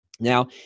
Now